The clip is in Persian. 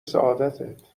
سعادتت